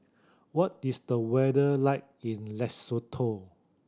what is the weather like in Lesotho